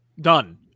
done